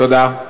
תודה.